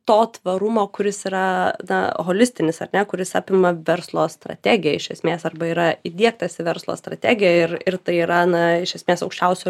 to tvarumo kuris yra na holistinis ar ne kuris apima verslo strategiją iš esmės arba yra įdiegtas į verslo strategiją ir ir tai yra na iš esmės aukščiausio